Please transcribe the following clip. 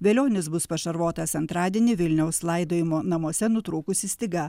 velionis bus pašarvotas antradienį vilniaus laidojimo namuose nutrūkusi styga